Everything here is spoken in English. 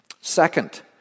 Second